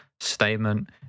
statement